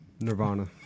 Nirvana